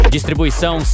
Distribuição